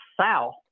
south